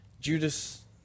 Judas